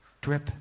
drip